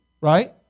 Right